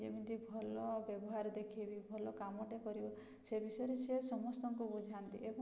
ଯେମିତି ଭଲ ବ୍ୟବହାର ଦେଖେଇବି ଭଲ କାମଟେ କରିବି ସେ ବିଷୟରେ ସେ ସମସ୍ତଙ୍କୁ ବୁଝାନ୍ତି ଏବଂ